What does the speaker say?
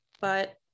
but-